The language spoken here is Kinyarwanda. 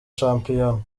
shampiyona